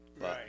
Right